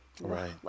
Right